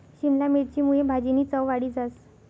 शिमला मिरची मुये भाजीनी चव वाढी जास